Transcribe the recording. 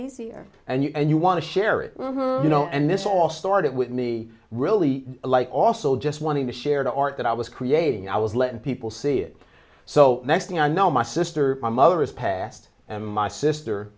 easier and you want to share it and this all started with me really like also just wanting to share the art that i was creating i was letting people see it so next thing i know my sister my mother is passed and my sister